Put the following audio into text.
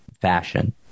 fashion